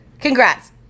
Congrats